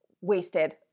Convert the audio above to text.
wasted